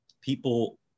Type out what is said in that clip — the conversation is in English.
people